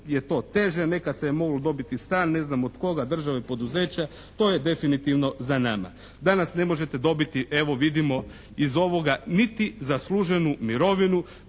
je to teže, nekad se je moglo dobiti stan, ne znam od koga, države, poduzeća, to je definitivno za nama. Danas ne možete dobiti evo vidimo iz ovoga niti zasluženu mirovinu